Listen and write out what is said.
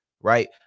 right